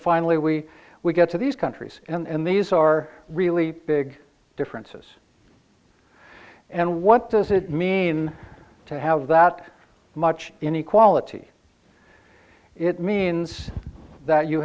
finally we we get to these countries and these are really big differences and what does it mean to have that much inequality it means that you